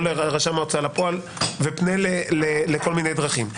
לרשם ההוצאה לפועל ופנה לכל מיני דרכים.